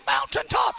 mountaintop